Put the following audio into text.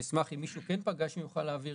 ואני אשמח אם מישהו כן פגש ויוכל להעביר